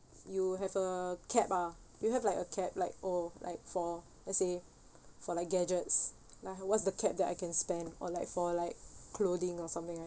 you have a cap ah you have like a cap like oh like for let's say for like gadgets like what's the cap that I can spend or like for like clothing or something like